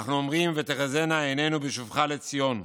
אנחנו אומרים: "ותחזינה עינינו בשובך לציון".